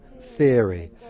theory